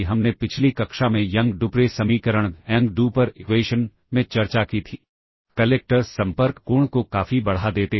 हम इसे program status word या कभी कभी प्रोसेसर स्टेटस वर्ड भी बुलाते हैं